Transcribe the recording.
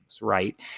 right